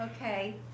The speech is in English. okay